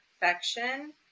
perfection